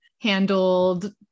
handled